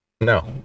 No